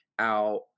out